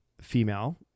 female